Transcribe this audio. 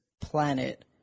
planet